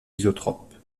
isotrope